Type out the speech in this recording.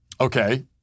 Okay